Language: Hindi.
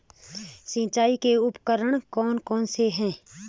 सिंचाई के उपकरण कौन कौन से हैं?